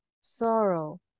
sorrow